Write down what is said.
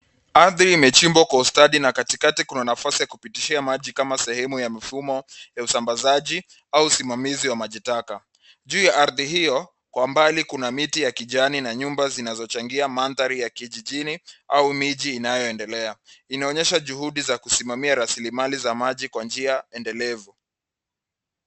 Ardi imechimbwa kwa ustadi na katikati kuna nafasi ya kupitishia maji kama sehemu ya mfumo wa usambazaji au usimamizi wa majitaka. Juu ya ardi hiyo, kwa mbali kuna miti ya kijani na nyumba zinazochangia mandhari ya kijijini au miji inayoendelea. Hii inaonyesha juhudi za kusimamia rasilimali za maji kwa njia endelevu.